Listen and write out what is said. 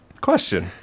Question